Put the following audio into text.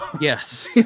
Yes